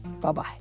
Bye-bye